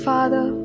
Father